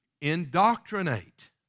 indoctrinate